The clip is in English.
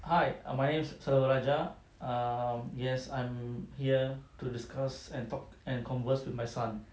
hi err my name is saruraja err yes I'm here to discuss and talk and converse with my son